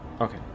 Okay